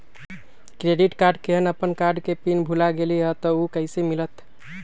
Credit card केहन अपन card के पिन भुला गेलि ह त उ कईसे मिलत?